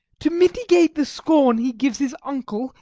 to mitigate the scorn he gives his uncle,